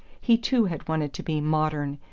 he too had wanted to be modern,